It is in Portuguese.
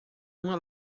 uma